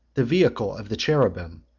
the vehicle of the cherubim,